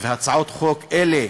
הצעות חוק אלה,